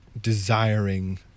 desiring